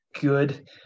good